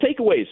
takeaways